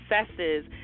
successes